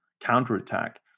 counterattack